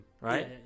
right